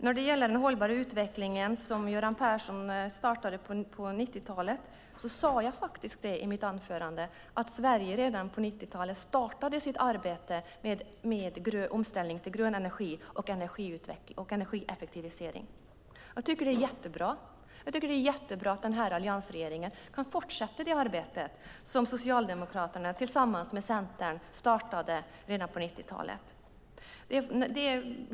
När det gäller den hållbara utveckling som Göran Persson startade på 90-talet sade jag faktiskt i mitt anförande att Sverige redan på 90-talet startade sitt arbete med omställning till grön energi och energieffektivisering. Jag tycker att det är jättebra, och jag tycker att det är jättebra att alliansregeringen kan fortsätta det arbete som Socialdemokraterna tillsammans med Centern startade redan på 90-talet.